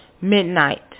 Midnight